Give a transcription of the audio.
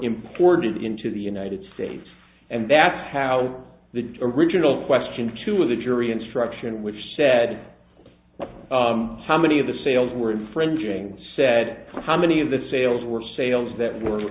imported into the united states and that's how the derision of question two of the jury instruction which said how many of the sales were infringing said how many of the sales were sales that were